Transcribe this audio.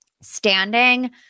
standing